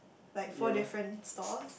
like four different stalls